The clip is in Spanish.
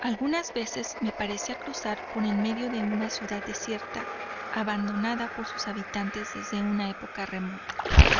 algunas veces me parecía cruzar por en medio de una ciudad desierta abandonada por sus habitantes desde una época remota